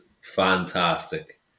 fantastic